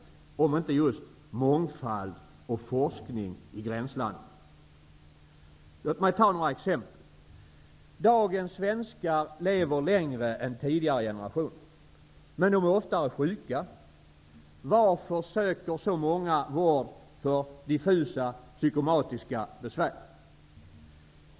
Det är just mångfald och forskning i gränslandet. Låt mig ta några exempel. Dagens svenskar lever längre än tidigare generation, men de är oftare sjuka. Varför söker så många vård för diffusa psykosomatiska besvär?